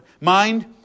mind